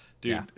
Dude